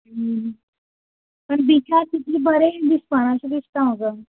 पण बिचार तितले बरेय दिसपाना अशें दिसता म्हाका